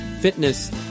fitness